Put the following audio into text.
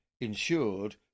insured